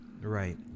right